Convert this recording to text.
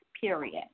period